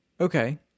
okay